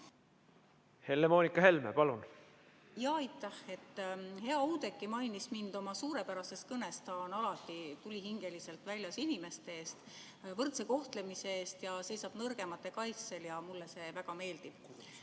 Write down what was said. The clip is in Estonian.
Oudekkiga ühes paadis. Jaa, aitäh! Hea Oudekki mainis mind oma suurepärases kõnes. Ta on alati tulihingeliselt väljas inimeste eest, võrdse kohtlemise eest ja seisab nõrgemate kaitsel. Mulle see väga meeldib.